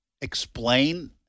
explain